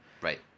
Right